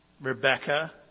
Rebecca